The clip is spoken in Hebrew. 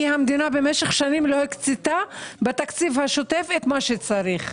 כי המדינה במשך שנים לא הקצתה בתקציב השוטף את מה שצריך.